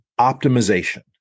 optimization